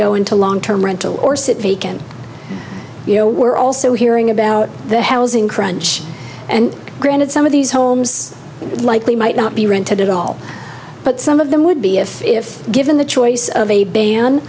go into long term rental or sit vacant you know we're also hearing about the housing crunch and granted some of these homes are likely might not be rented at all but some of them would be if if given the choice of a b